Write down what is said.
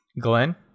Glenn